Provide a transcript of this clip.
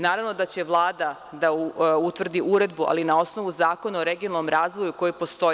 Naravno da će Vlada da utvrdi uredbu, ali na osnovu Zakona o regionalnom razvoju koji postoji.